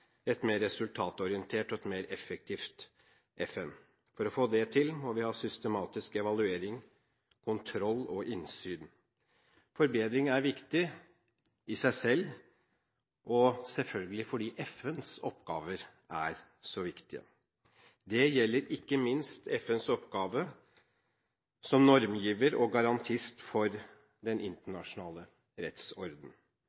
resultatorientert og effektivt FN. For å få det til må vi ha systematisk evaluering, kontroll og innsyn. Forbedring er viktig i seg selv, og selvfølgelig fordi FNs oppgaver er så viktige. Det gjelder ikke minst FNs oppgave som normgiver og garantist for den